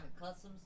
Customs